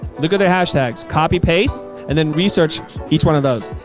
look at the hashtags. copy paste and then research each one of those.